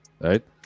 Right